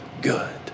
good